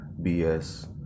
BS